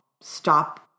Stop